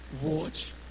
watch